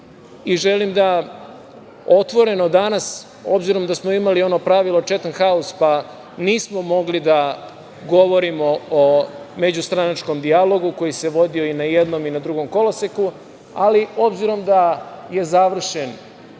i želim da otvoreno danas, obzirom da smo imali ono pravilo „četn haus“, pa nismo mogli da govorimo o međustranačkom dijalogu koji se vodio i na jednom i na drugom koloseku, ali obzirom da je završen